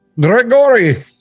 Gregory